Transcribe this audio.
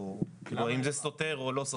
או האם זה סותר או לא סותר.